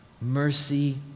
Mercy